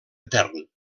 etern